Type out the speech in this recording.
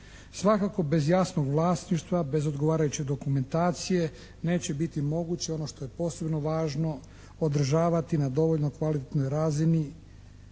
Svakako bez jasnog vlasništva, bez odgovarajuće dokumentacije neće biti moguće ono što je posebno važno održavati na dovoljno kvalitetnoj razini